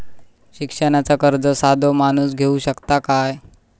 शिक्षणाचा कर्ज साधो माणूस घेऊ शकता काय?